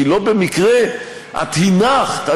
כי לא במקרה הנחת,